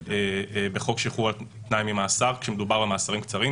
בחוק שחרור על תנאי ממאסר כשמדובר במאסרים קצרים.